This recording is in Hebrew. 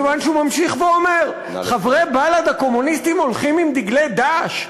מכיוון שהוא ממשיך ואומר: חברי בל"ד הקומוניסטים הולכים עם דגלי "דאעש".